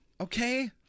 Okay